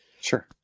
Sure